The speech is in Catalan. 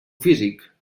físic